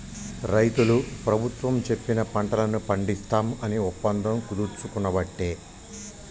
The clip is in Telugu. రైతులు ప్రభుత్వం చెప్పిన పంటలను పండిస్తాం అని ఒప్పందం కుదుర్చుకునబట్టే